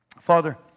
Father